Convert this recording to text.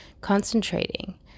concentrating